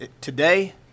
today